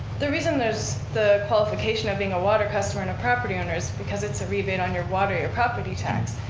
the reason there's the qualification of being a water customer and a property owner is because it's a rebate on your water or your property tax.